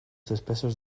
despeses